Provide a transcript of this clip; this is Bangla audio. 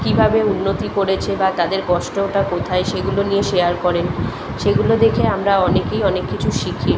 কীভাবে উন্নতি করেছে বা তাদের কষ্টটা কোথায় সেগুলো নিয়ে শেয়ার করেন সেগুলো দেখে আমরা অনেকেই অনেক কিছু শিখি